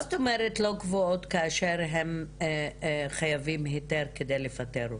מה זאת אומרת לא קבועות כאשר הם חייבים היתר על מנת לפטר אותן?